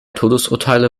todesurteile